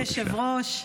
אדוני היושב-ראש,